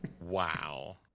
Wow